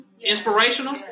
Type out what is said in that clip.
Inspirational